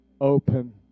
open